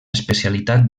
especialitat